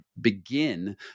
begin